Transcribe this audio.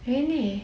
really